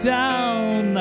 down